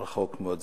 בטווח ארוך מאוד.